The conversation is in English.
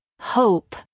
hope